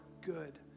good